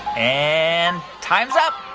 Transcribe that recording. and time's up.